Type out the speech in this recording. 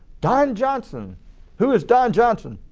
don johnson who is don johnson?